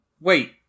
wait